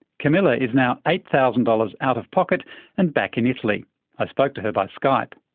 camilla is now eight thousand dollars out of pocket and back in italy i spoke to her by skype.